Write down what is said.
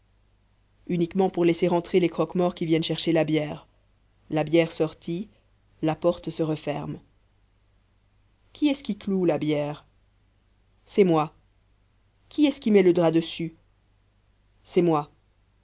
uniquement pour laisser entrer les croque-morts qui viennent chercher la bière la bière sortie la porte se referme qui est-ce qui cloue la bière c'est moi qui est-ce qui met le drap dessus c'est moi